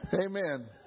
Amen